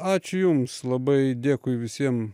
ačiū jums labai dėkui visiem